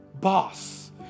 boss